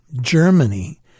Germany